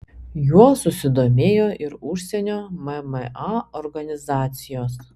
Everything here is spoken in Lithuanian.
juo susidomėjo ir užsienio mma organizacijos